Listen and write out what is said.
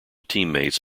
teammates